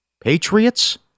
Patriots